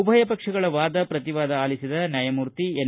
ಉಭಯ ಪಕ್ಷಗಳ ವಾದ ಪ್ರತಿವಾದ ಆಲಿಸಿದ ನ್ಯಾಯಮೂರ್ತಿ ಎನ್